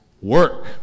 work